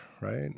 right